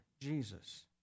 Jesus